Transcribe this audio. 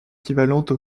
équivalentes